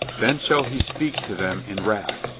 then shall he speak to them in wrath,